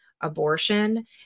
abortion